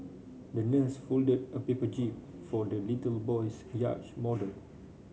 the nurse folded a paper jib for the little boy's yacht model